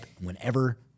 whenever